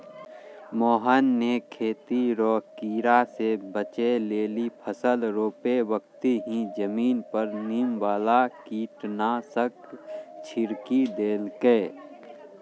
मोहन नॅ खेती रो कीड़ा स बचै लेली फसल रोपै बक्ती हीं जमीन पर नीम वाला कीटनाशक छिड़की देलकै